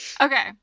Okay